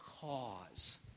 cause